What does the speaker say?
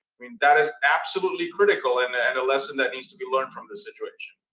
i mean, that is absolutely critical. and a and lesson that needs to be learned from this situation.